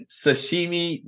sashimi